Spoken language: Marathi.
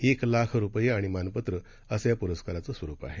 एक लाख रुपये आणि मानपत्र असं या प्रस्काराचं स्वरुप आहे